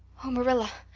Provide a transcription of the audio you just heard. oh, marilla,